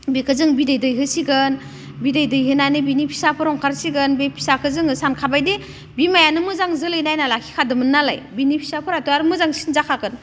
बेखौ जों बिदै दैहोसिगोन बिदै दैहोनानै बिनि फिसाफोर ओंखारसिगोन बे फिसाखौ जोङो सानखाबाय दे बिमायानो मोजां जोलै नायना लाखिखादोंमोन नालाय बिनि फिसाफोराथ' आरो मोजांसिन जाखागोन